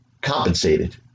compensated